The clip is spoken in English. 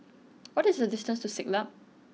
what is the distance to Siglap